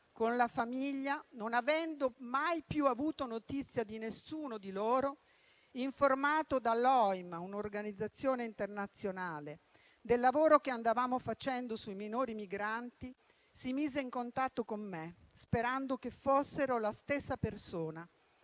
con la famiglia, non avendo mai più avuto notizia di nessuno di loro, informato dall'Organizzazione internazionale per le migrazioni (OIM) del lavoro che andavamo facendo sui minori migranti, si mise in contatto con me, sperando che fossero la stessa persona,